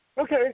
Okay